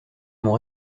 mon